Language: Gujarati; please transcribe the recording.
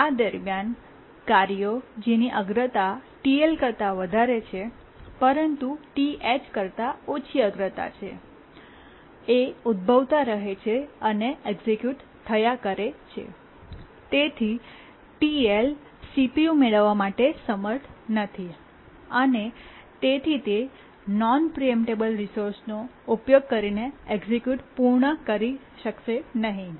આ દરમિયાન કાર્યો જેની અગ્રતા TL કરતા વધારે છે પરંતુ TH કરતા ઓછી અગ્રતા છે ઉદ્ભવતા રહે છે અને એક્સિક્યૂટ થયા કરે છે અને તેથી TL CPU મેળવવા માટે સમર્થ નથી અને તેથી તે નોન પ્રીએમ્પટેબલ રિસોર્સનો ઉપયોગ કરીને એક્સિક્યૂટ પૂર્ણ કરી શકશે નહીં